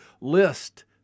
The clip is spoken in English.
list